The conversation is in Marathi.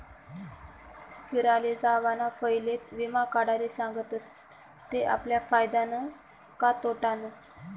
फिराले जावाना पयले वीमा काढाले सांगतस ते आपला फायदानं का तोटानं